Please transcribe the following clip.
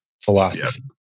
philosophy